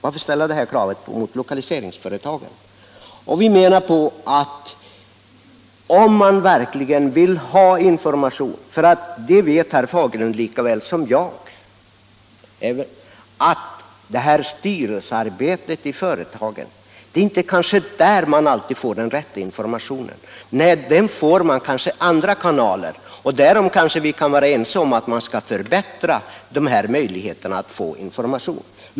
Beträffande styrelserepresentationen vet herr Fagerlund lika väl som jag att det kanske inte är i styrelsearbetet i de små företagen som man alltid får tillräcklig information. Den får man kanske genom andra kanaler. Och därom kan vi var ense, att man skall förbättra möjligheterna.